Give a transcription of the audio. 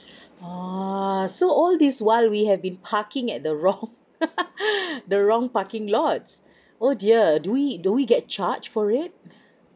oh so all this while we have been parking at the wrong the wrong parking lots oh dear do we do we get charged for it